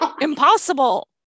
impossible